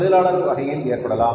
தொழிலாளர் வகையில் ஏற்படலாம்